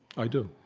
i do